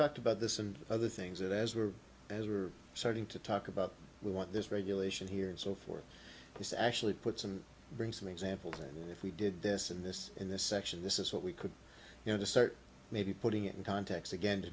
talked about this and other things that as we're as we're starting to talk about we want this regulation here and so forth this actually puts and brings some examples if we did this in this in this section this is what we could you know assert maybe putting it in context again to